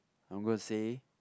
I'm gonna say